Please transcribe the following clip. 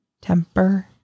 temper